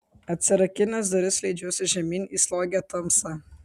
atsirakinęs duris leidžiuosi žemyn į slogią tamsą